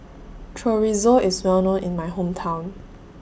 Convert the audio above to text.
Chorizo IS Well known in My Hometown